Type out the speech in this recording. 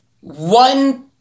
one